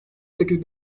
sekiz